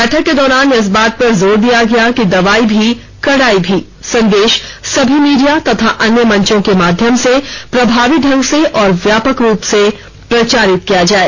बैठक के दौरान इस बात पर जोर दिया गया कि दवाई भी कड़ाई भी संदेश सभी मीडिया तथा अन्य मंचों के माध्यम से प्रभावी ढंग से और व्यापक रूप से प्रचारित किया जाए